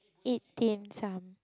eat dim sum